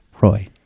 Roy